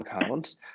accounts